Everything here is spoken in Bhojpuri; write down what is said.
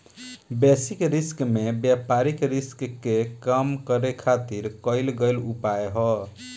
बेसिस रिस्क में व्यापारिक रिस्क के कम करे खातिर कईल गयेल उपाय ह